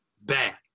Bad